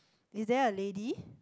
is there a lady